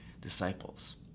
disciples